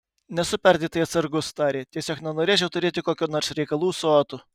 nesu perdėtai atsargus tarė tiesiog nenorėčiau turėti kokių nors reikalų su otu